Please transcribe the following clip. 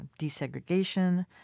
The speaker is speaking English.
desegregation